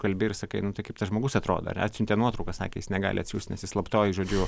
kalbi ir sakai nu tai kaip tas žmogus atrodo ar atsiuntė nuotrauką sakė jis negali atsiųst nes jis slaptoj žodžiu